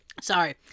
Sorry